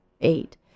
eight